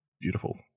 beautiful